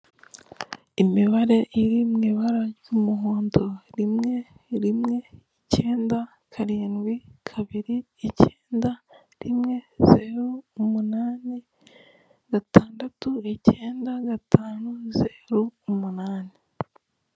Imibare iri mu ibara ry'umuhondo rimwe, rimwe, ikenda, karindwi, kabiri, ikenda, rimwe, zeru umunani, gatandatu ikenda gatanu zeru umunani.